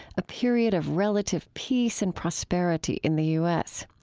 a period of relative peace and prosperity in the u s.